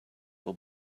will